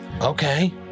Okay